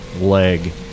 leg